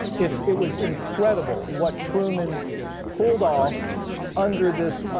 it's, it was incredible what truman pulled off under this,